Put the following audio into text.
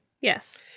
Yes